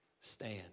stand